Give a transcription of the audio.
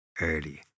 early